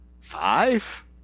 Five